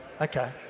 Okay